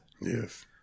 Yes